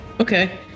Okay